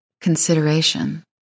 Consideration